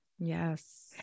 Yes